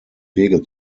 wege